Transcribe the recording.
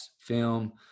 film